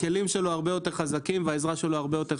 אנחנו